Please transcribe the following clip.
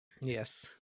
Yes